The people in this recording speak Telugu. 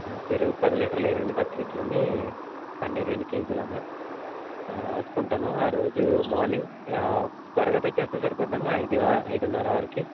పెరుగు పది లీటర్లయి రెండు బకీట్లూని పన్నీరు రెండు కేజీలమ్మా రాసుకుంటాను ఆ రోజు మార్నింగ్ త్వరగా తెచ్చేస్తే సరిపోద్దమ్మా ఐదు ఆ ఐదున్నర ఆరుకి